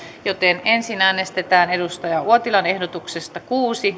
määrärahaa ensin äänestetään ehdotuksesta kuusi